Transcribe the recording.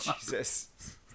Jesus